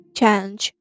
change